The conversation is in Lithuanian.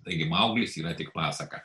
taigi mauglis yra tik pasaka